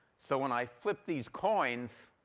so when i flip these coins,